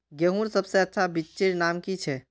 गेहूँर सबसे अच्छा बिच्चीर नाम की छे?